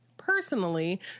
personally